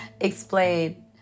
explain